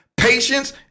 patience